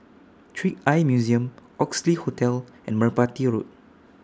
Trick Eye Museum Oxley Hotel and Merpati Road